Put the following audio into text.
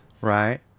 right